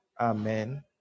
Amen